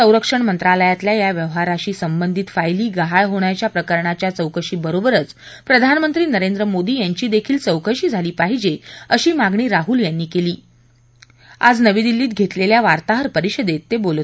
संरक्षण मंत्रालयातल्या या व्यवहाराशी संबंधित फाईली गहाळ होण्याच्या प्रकरणाच्या चौकशीबरोबरच प्रधानमंत्री नरेंद्र मोदी यांची देखील चौकशी झाली पाहिजे अशी मागणी राहूल यांनी आज नवी दिल्ली इथं वार्ताहर परिषदेत केली